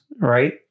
right